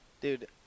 Dude